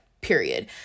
period